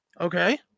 Okay